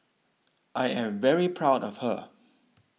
I am very proud of her